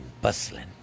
bustling